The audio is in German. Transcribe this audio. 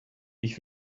ich